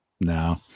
No